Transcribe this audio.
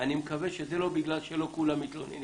שזה לא בגלל שלא כולם מתלוננים.